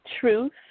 truth